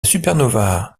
supernova